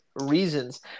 reasons